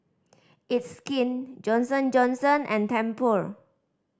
It's Skin Johnson Johnson and Tempur